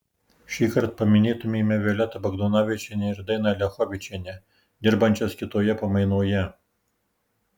šįkart paminėtumėme violetą bagdonavičienę ir dainą liachovičienę dirbančias kitoje pamainoje